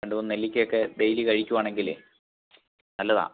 രണ്ട് മൂന്ന് നെല്ലിക്കയൊക്കെ ഡെയ്ലി കഴിക്കുകയാണെങ്കിൽ നല്ലതാണ്